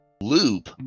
loop